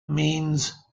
means